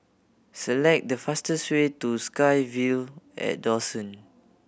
select the fastest way to SkyVille at Dawson